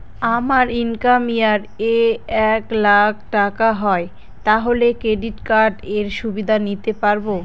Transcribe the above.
আমার income year এ এক লাক টাকা হয় তাহলে ক্রেডিট কার্ড এর সুবিধা নিতে পারবো?